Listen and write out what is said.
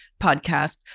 podcast